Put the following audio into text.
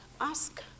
ask